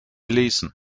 lesen